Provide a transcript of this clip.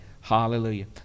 Hallelujah